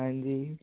ਹਾਂਜੀ